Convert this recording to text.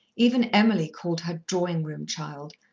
even emily called her drawing-room child,